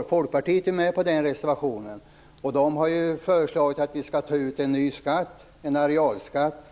Folkpartiet är också med på reservationen, och de har ju föreslagit att vi skall ta ut en ny skatt, en arealskatt.